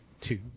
two